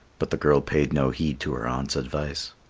but the girl paid no heed to her aunt's advice.